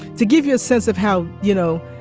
to give you a sense of how, you know,